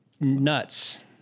nuts